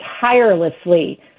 tirelessly